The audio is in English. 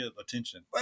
attention